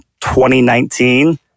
2019